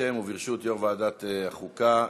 בשם וברשות יו"ר ועדת החוקה,